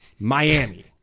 Miami